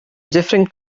different